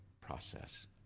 process